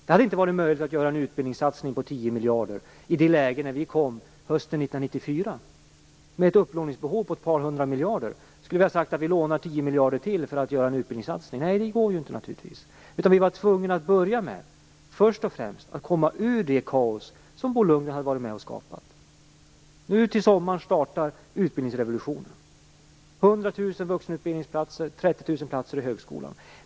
Det hade inte varit möjligt att göra en utbildningssatsning på 10 miljarder i det läge som vi fick regeringsmakten hösten 1994 med ett upplåningsbehov på ca 200 miljarder. Det hade inte varit möjligt för oss att säga att vi skulle låna ytterligare 10 miljarder för att göra en utbildningssatsning. Vi var tvungna att först och främst komma ur det kaos som Bo Lundgren hade varit med att skapa. Nu till sommaren startar utbildningsrevolutionen - 100 000 vuxenutbildningsplatser och 30 000 platser i högskolan.